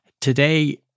Today